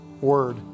word